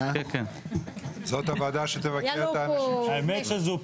זאת הוועדה שתבקר את האנשים שלי.